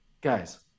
guys